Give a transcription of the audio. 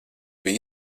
bija